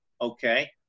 okay